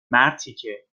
مرتیکه